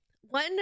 One